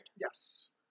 Yes